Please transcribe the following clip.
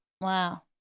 wow